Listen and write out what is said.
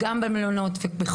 אני יודעת שהיו פגישות.